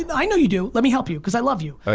but i know you do, let me help you because i love you.